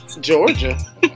Georgia